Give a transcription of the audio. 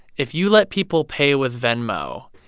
if you let people pay with venmo,